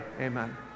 Amen